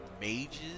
mages